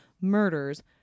murders